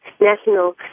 national